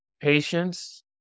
patience